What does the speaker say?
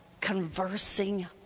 conversing